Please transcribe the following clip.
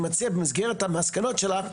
אני מציע במסגרת המסקנות שלך,